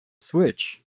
switch